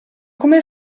come